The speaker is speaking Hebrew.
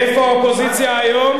ואיפה האופוזיציה היום?